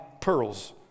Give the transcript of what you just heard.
pearls